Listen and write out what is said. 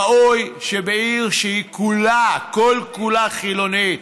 ראוי שבעיר שהיא כולה, כל-כולה חילונית,